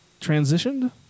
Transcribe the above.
transitioned